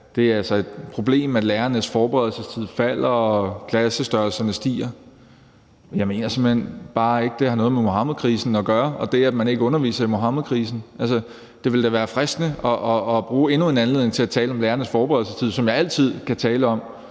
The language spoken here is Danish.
at det altså er et problem, at lærernes forberedelsestid falder, og at klassestørrelserne øges. Men jeg mener simpelt hen bare ikke, det har noget med Muhammedkrisen og det, at man ikke underviser i Muhammedkrisen, at gøre. Det ville da være fristende at bruge endnu en anledning til at tale om lærernes forberedelsestid, som jeg altid kan tale om;